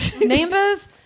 neighbors